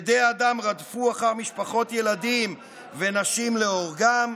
ידי אדם רדפו אחר משפחות, ילדים ונשים להורגם,